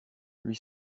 lui